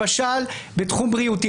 למשל בתחום בריאותי,